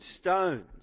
stones